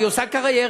והיא עושה קריירה,